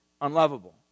unlovable